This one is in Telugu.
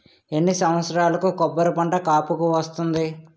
ఎన్ని సంవత్సరాలకు కొబ్బరి పంట కాపుకి వస్తుంది?